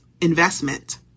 investment